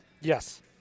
Yes